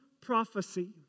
prophecy